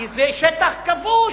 כי זה שטח כבוש,